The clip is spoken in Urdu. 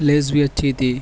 لیز بھی اچھی تھی